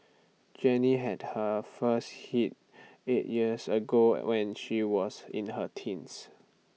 Jenny had her first hit eight years ago when she was in her teens